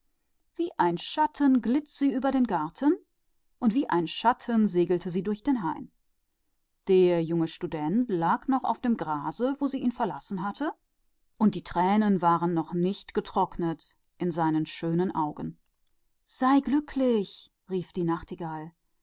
wie ein schatten schwebte sie über den garten und wie ein schatten huschte sie durch das gehölz da lag noch der junge student im grase wie sie ihn verlassen hatte und die tränen seiner schönen augen waren noch nicht getrocknet freu dich rief die nachtigall